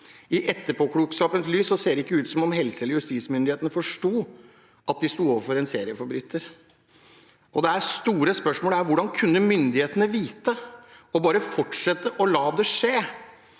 I etterpåklokskapens lys ser det ikke ut som om helse- eller justismyndighetene forsto at de sto overfor en serieforbryter.» Det store spørsmålet er: Hvordan kunne myndighetene vite og bare fortsette å la det skje?